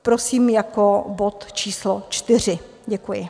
Prosím jako bod číslo 4. Děkuji.